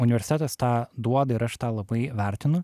universitetas tą duoda ir aš tą labai vertinu